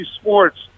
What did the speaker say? Sports